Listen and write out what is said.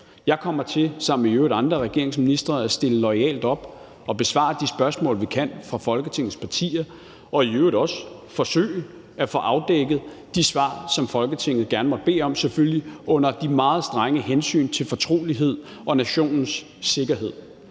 Jeg kommer til, sammen med i øvrigt andre af regeringens ministre, at stille loyalt op og besvare de spørgsmål fra Folketingets partier, vi kan, og i øvrigt også at forsøge at få afdækket de svar, som Folketinget måtte bede om – selvfølgelig under de meget strenge hensyn til fortrolighed og nationens sikkerhed.